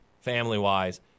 family-wise